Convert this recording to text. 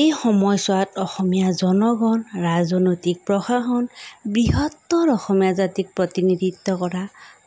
এই সময়ছোৱাত অসমীয়া জনগণ ৰাজনৈতিক প্ৰশাসন বৃহত্তৰ অসমীয়া জাতিক প্ৰতিনিধিত্ব কৰা